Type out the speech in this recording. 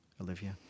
Olivia